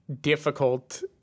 difficult